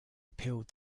repealed